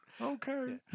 Okay